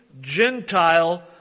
Gentile